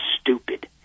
stupid